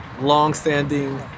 long-standing